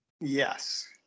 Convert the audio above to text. Yes